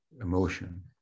emotion